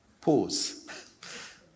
Pause